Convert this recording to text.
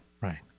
Right